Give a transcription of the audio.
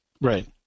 Right